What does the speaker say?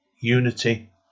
Unity